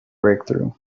breakthrough